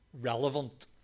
relevant